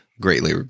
greatly